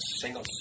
single